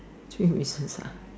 three wishes lah